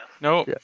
No